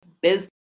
business